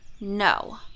No